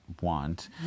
want